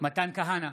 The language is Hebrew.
מתן כהנא,